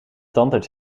tandarts